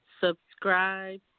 Subscribe